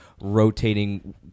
rotating